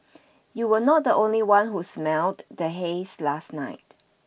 you were not the only one who smelled the haze last night